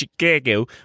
Chicago